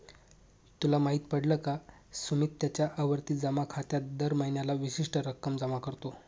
तुला माहित पडल का? सुमित त्याच्या आवर्ती जमा खात्यात दर महीन्याला विशिष्ट रक्कम जमा करतो